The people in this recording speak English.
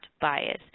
bias